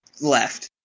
left